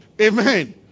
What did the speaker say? Amen